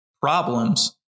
problems